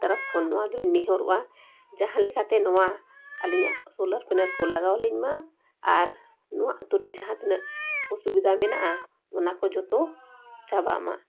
ᱛᱚᱨᱚᱯ ᱠᱷᱚᱱ ᱱᱚᱣᱟ ᱜᱤᱞᱤᱧ ᱱᱮᱦᱚᱨᱚᱜᱼᱟ ᱡᱟᱦᱟᱸ ᱞᱮᱠᱟᱛᱮ ᱱᱚᱣᱟ ᱟᱹᱞᱤᱧᱟᱜ ᱥᱳᱞᱟᱨ ᱯᱮᱱᱮᱞ ᱠᱚ ᱞᱟᱜᱟᱣ ᱟᱹᱞᱤᱧ ᱢᱟ ᱟᱨ ᱱᱚᱣᱟ ᱟᱛᱳᱨᱮ ᱡᱟᱦᱟᱸ ᱛᱤᱱᱟᱹᱜ ᱚᱥᱩᱵᱤᱫᱷᱟ ᱢᱮᱱᱟᱜᱼᱟ ᱚᱱᱟ ᱠᱚ ᱡᱷᱚᱛᱚ ᱪᱟᱵᱟᱜ ᱢᱟ